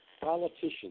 politicians